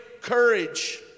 courage